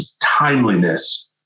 timeliness